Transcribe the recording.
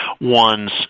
one's